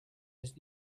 his